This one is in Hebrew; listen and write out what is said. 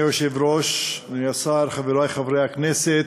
אדוני היושב-ראש, אדוני השר, חברי חברי הכנסת,